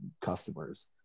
customers